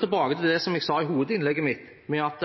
tilbake til det jeg sa i hovedinnlegget mitt, at